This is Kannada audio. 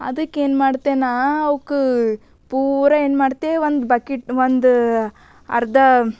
ಅದಕ್ಕೆ ಏನು ಮಾಡ್ತೆ ನಾನು ಅವ್ಕೆ ಪೂರಾ ಏನು ಮಾಡ್ತೆ ಒಂದು ಬಕೆಟ್ ಒಂದು ಅರ್ಧ